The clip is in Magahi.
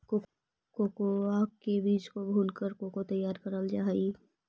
कोकोआ के बीज को भूनकर कोको तैयार करल जा हई